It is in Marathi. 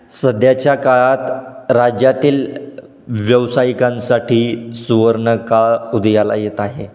सध्याच्या काळात राज्यातील व्यावसायिकांसाठी सुवर्ण काळ उदयाला येत आहे